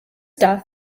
death